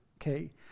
Okay